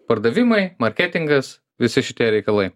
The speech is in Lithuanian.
pardavimai marketingas visi šitie reikalai